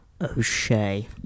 O'Shea